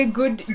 good